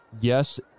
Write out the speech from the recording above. Yes